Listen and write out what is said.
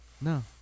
No